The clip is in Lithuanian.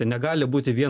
negali būti vien